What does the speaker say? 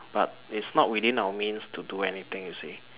but it's not within our means to do anything you see